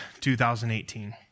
2018